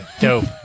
dope